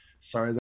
Sorry